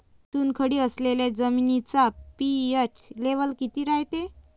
चुनखडी असलेल्या जमिनीचा पी.एच लेव्हल किती रायते?